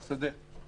בשדה,